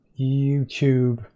YouTube